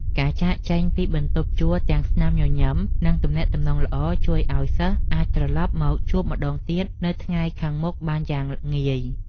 ការចាកចេញពីបន្ទប់ជួលទាំងស្នាមញញឹមនិងទំនាក់ទំនងល្អជួយឱ្យសិស្សអាចត្រឡប់មកជួលម្តងទៀតនៅថ្ងៃខាងមុខបានយ៉ាងងាយ។